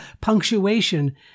punctuation